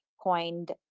coined